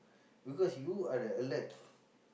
because you are the alert